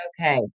Okay